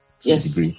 Yes